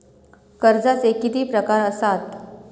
कर्जाचे किती प्रकार असात?